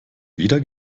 weder